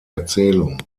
erzählung